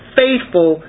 faithful